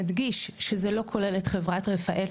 נדגיש שזה לא כולל את חברת "רפאל",